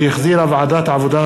שהחזירה ועדת העבודה,